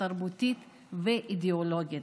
התרבותית והאידיאולוגית.